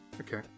Okay